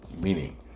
Meaning